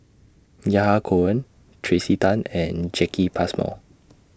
Yahya Cohen Tracey Tan and Jacki Passmore